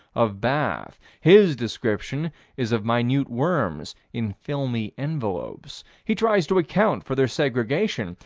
of bath. his description is of minute worms in filmy envelopes. he tries to account for their segregation.